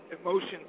emotions